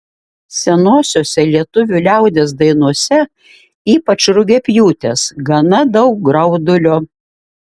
senosiose lietuvių liaudies dainose ypač rugiapjūtės gana daug graudulio